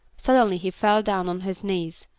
suddenly he fell down on his knees,